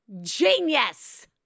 genius